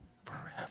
forever